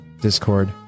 Discord